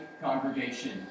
congregation